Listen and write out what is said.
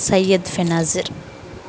Syed Benazir